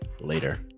Later